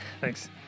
Thanks